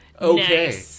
Okay